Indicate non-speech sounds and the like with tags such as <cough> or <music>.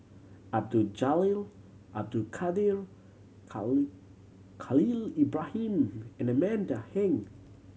Abdul Jalil Abdul Kadir <unintelligible> Khalil Ibrahim and Amanda Heng